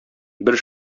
бер